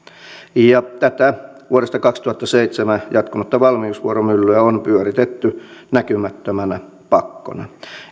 tätä vuodesta kaksituhattaseitsemän jatkunutta valmiusvuoromyllyä on pyöritetty näkymättömänä pakkona